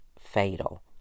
fatal